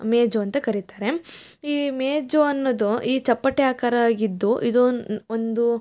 ಮೇಜು ಅಂತ ಕರಿತಾರೆ ಈ ಮೇಜು ಅನ್ನೋದು ಈ ಚಪ್ಪಟೆ ಆಕಾರ ಆಗಿದ್ದು ಇದೊಂದು ಒಂದು